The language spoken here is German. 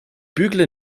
bügle